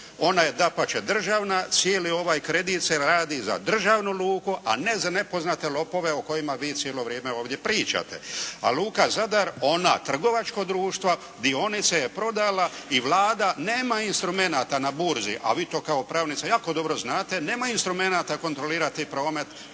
Ona je dapače državna. Cijeli ovaj kredit se radi za državnu luku a ne za nepoznate lopove o kojima vi cijelo vrijeme ovdje pričate. A luka "Zadar", ona trgovačko društva dionice je prodala i Vlada nema instrumenata na burzi, a vi to kao pravnica jako dobro znate, nema instrumenata kontrolirati promet